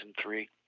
three